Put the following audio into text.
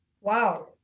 Wow